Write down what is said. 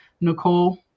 Nicole